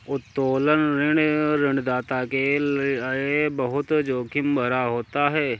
उत्तोलन ऋण ऋणदाता के लये बहुत जोखिम भरा होता है